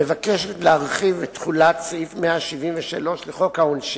מבקשת להרחיב את תחולת סעיף 173 לחוק העונשין,